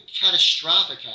catastrophic